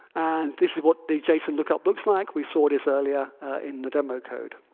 and this is what the json lookup looks like. we saw this earlier in the demo code.